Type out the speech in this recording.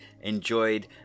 enjoyed